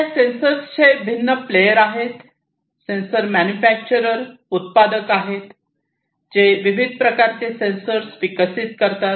तर या सेन्सरचे भिन्न प्लेयर आहेत सेन्सर मॅन्युफॅक्चरर उत्पादक आहेत जे विविध प्रकारचे सेन्सर विकसित करतात